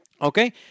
Okay